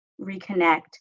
reconnect